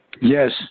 Yes